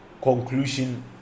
conclusion